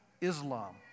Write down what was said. Islam